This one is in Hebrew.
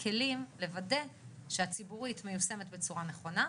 כלים לוודא שהציבורית מיושמת בצורה נכונה,